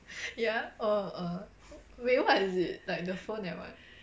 ya orh err wait what is it like the phone and what